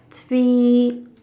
three